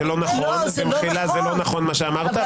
לא נכון מה שאמרת.